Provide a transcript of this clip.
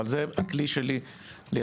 אבל זה הכלי שלי לייצר.